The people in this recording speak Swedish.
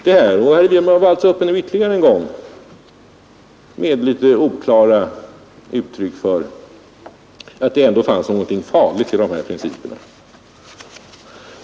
Herr Wirmark upprepade nu ytterligare en gång i litet oklara ordalag att det ändå skulle ligga något farligt i dessa principer.